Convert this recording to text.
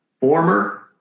former